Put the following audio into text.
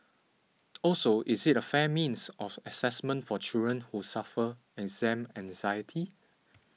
also is it a fair means of assessment for children who suffer exam anxiety